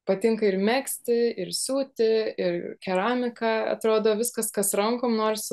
patinka ir megzti ir siūti ir keramika atrodo viskas kas rankom nors